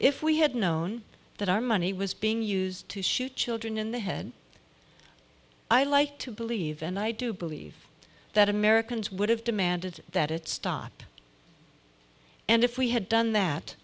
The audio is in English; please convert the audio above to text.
if we had known that our money was being used to shoot children in the head i like to believe and i do believe that americans would have demanded that it stop and if we had done that